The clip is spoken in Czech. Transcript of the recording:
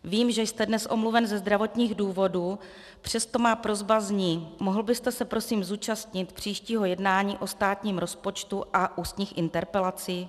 Vím, že jste dnes omluven ze zdravotních důvodů, přesto má prosba zní: mohl byste se prosím zúčastnit příštího jednání o státním rozpočtu a ústních interpelací?